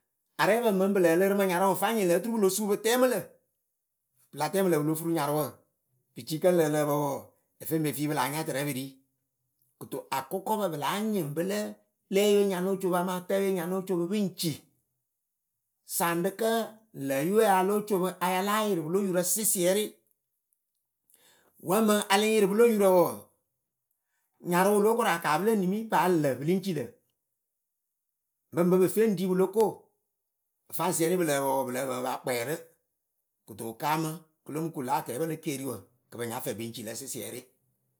arɛɛpǝ mɨŋ pɨ lǝǝ lɨɨrɨ mɨ nyarʊ pɨ faŋ nyɩŋ lǝ oturu pɨlo su pɨ tɛmɨ lǝ pɨ la tɛmɨlǝ pɨ lo furu nyarʊwǝ. pɨ ci kǝ lǝ ǝ lǝ pǝ wɔɔ, efeŋbefi pɨ láa nya tɨrɛ pɨ ri. Kɨto akʊkɔpǝ pɨ láa nyɩŋ pɨlǝ leeye nya nóo co pɨ amaa pɨ lǝ tǝye nya nóo co pɨ ŋ ci saŋɖɨ kǝ lǝ yɨwe a ya lóo co pɨ a ya láa yɩrɩ pɨlo yurǝ sɩsɩɛrɩ wǝ mɨŋ alɨŋ yɩrɩ pɨlo yurǝ wɔɔ, nyarʊ wɨ lóo koru aka pɨle nimi paa lǝ paa pɨ lɨŋ ci lǝ. Bɨŋbɨ pɨ feŋ ɖi pɨlo ko pɨ faŋ sɩɛnɩ pɨ lǝ́ǝ pǝ wɔɔ, pɨ lǝ́ǝ pǝ pɨ pa kpɛ rɨ. Kɨto wɨ kaamǝ kɨ lo mɨ kuŋ lǎ akɛɛpǝ le keeriwǝ kɨ pɨ nya fɛ pɨŋ ci lǝ sɩsɩɛrɩ.